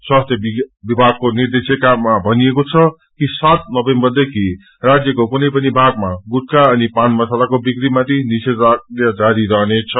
स्वास्थ्य विभागको निर्देशिकामा भनिएको छ कि सात नोमगम्बरदेखि राज्यको कुनै पनि भगमा गुटखा अनि पान मसालाको बिक्रीमाथि निषेघाज्ञा रहनेछ